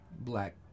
black